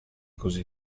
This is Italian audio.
così